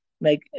make